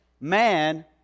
man